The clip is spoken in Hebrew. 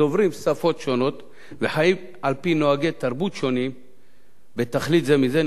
דוברים שפות שונות וחיים על-פי נוהגי תרבות שונים בתכלית זה מזה,